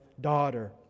daughter